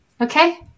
okay